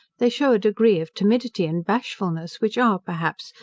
they shew a degree of timidity and bashfulness, which are, perhaps,